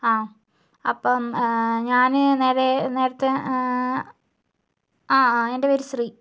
ആ അപ്പോൾ ഞാൻ നേരെ നേരത്തെ ആ എന്റെ പേര് ശ്രീ